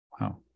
wow